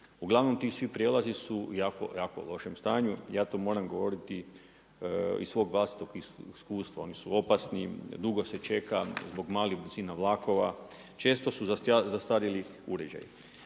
Uglavnom ti svi prijelazi su u jako, jako lošem stanju. Ja to moram govoriti iz svog vlastitog iskustva. Oni su opasni, dugo se čeka zbog malih brzina vlakova. Često su zastarjeli uređaji.